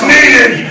Needed